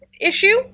issue